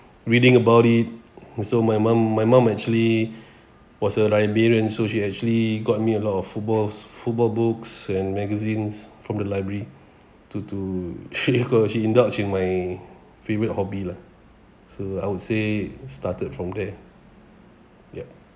reading about it also my mum my mum actually was a librarian so she actually got me a lot of footballs football books and magazines from the library to to she got she indulge in my favourite hobby lah so I would say started from there ya